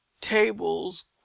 tables